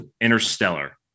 Interstellar